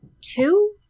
two